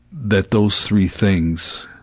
that those three things